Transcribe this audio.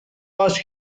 was